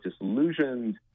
disillusioned